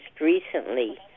recently